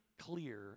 clear